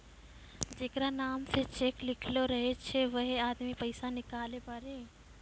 जेकरा नाम से चेक लिखलो रहै छै वैहै आदमी पैसा निकालै पारै